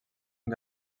amb